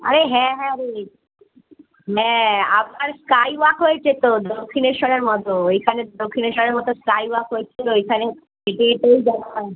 আরে হ্যাঁ হ্যাঁ রে হ্যাঁ আবার স্কাই ওয়াক হয়েছে তো দক্ষিণেশ্বরের মতো ওইখানে দক্ষিণেশ্বরের মতো স্কাই ওয়াক হয়েছে ওইখানে হেঁটে হেঁটেই যাওয়া